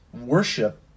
worship